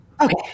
Okay